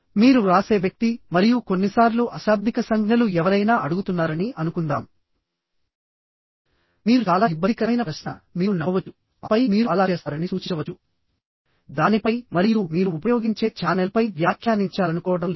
మీరు వ్రాసే వ్యక్తి మరియు కొన్నిసార్లు అశాబ్దిక సంజ్ఞలు ఎవరైనా అడుగుతున్నారని అనుకుందాం మీరు చాలా ఇబ్బందికరమైన ప్రశ్న మీరు నవ్వవచ్చు ఆపై మీరు అలా చేస్తారని సూచించవచ్చు దానిపై మరియు మీరు ఉపయోగించే ఛానెల్పై వ్యాఖ్యానించాలనుకోవడం లేదు